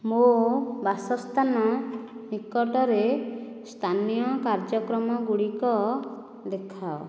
ମୋ' ବାସସ୍ଥାନ ନିକଟରେ ସ୍ଥାନୀୟ କାର୍ଯ୍ୟକ୍ରମଗୁଡିକ ଦେଖାଅ